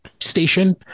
station